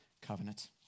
covenant